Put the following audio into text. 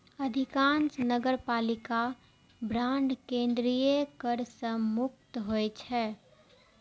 अधिकांश नगरपालिका बांड केंद्रीय कर सं मुक्त होइ छै